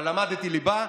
אבל למדתי ליבה,